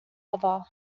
other